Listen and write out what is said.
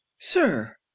sir